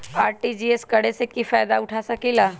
RTGS करे से की फायदा उठा सकीला?